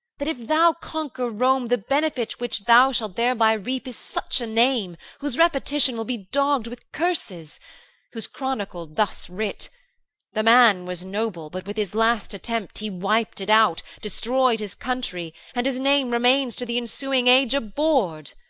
that, if thou conquer rome, the benefit which thou shalt thereby reap is such a name whose repetition will be dogg'd with curses whose chronicle thus writ the man was noble, but with his last attempt he wip'd it out destroy'd his country, and his name remains to the ensuing age abhorr'd